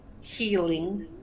healing